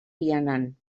vianant